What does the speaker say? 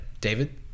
David